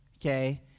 Okay